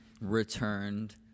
returned